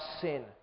sin